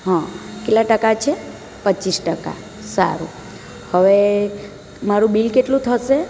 હં કેટલા ટકા છે પચીસ ટકા સારું હવે મારું બિલ કેટલું થશે